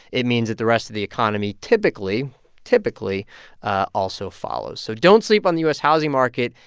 it means that the rest of the economy typically typically also follows. so don't sleep on the u s. housing market.